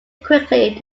quickly